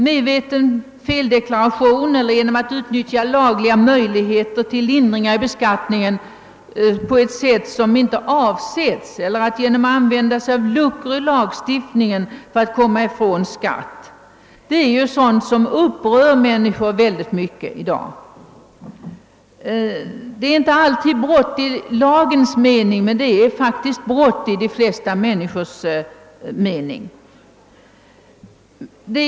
Medveten feldeklaration, utnyttjande av lagliga möjligheter till lindring i beskattningen på inte avsett sätt eller användandet av luckor i lagen är sådant som upprör människor nu för tiden. Det är inte alltid fråga om brott i lagens mening men det är faktiskt brott enligt de flesta människors uppfattning.